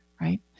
right